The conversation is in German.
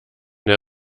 der